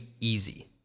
easy